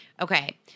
Okay